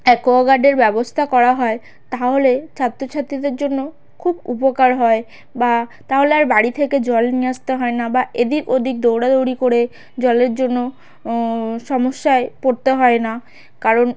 অ্যাকোয়াগার্ডের ব্যবস্থা করা হয় তাহলে ছাত্র ছাত্রীদের জন্য খুব উপকার হয় বা তাহলে আর বাড়ি থেকে জল নিয়ে আসতে হয় না বা এদিক ওদিক দৌড়া দৌড়ি করে জলের জন্য সমস্যায় পড়তে হয় না কারণ